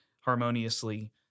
harmoniously